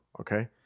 Okay